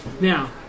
Now